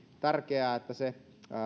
tärkeää että se